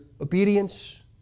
obedience